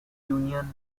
union